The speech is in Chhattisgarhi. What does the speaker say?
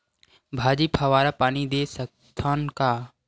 भाजी फवारा पानी दे सकथन का?